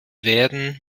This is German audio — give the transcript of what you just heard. werden